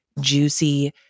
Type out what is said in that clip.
juicy